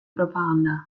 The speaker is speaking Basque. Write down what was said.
propaganda